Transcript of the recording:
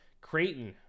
Creighton